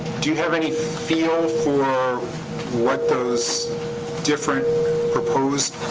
do you have any feel for what those different proposed